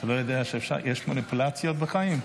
אתה לא יודע שיש מניפולציות בחיים?